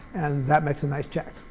and that makes a nice check.